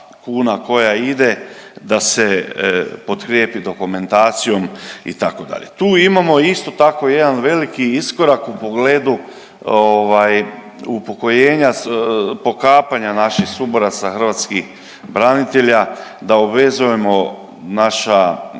koja ide, da se potkrijepi dokumentacijom, itd. Tu imamo isto tako jedan veliki iskorak u pogledu ovaj, upokojenja, pokapanja naših suboraca hrvatskih branitelja da obvezujemo naša